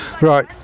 right